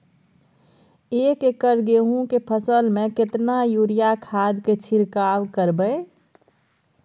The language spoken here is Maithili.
एक एकर गेहूँ के फसल में केतना यूरिया खाद के छिरकाव करबैई?